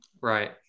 Right